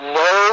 no